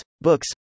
books